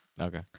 Okay